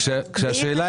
כשהשאלה